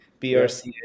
BRCA